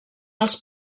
els